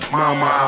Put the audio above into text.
mama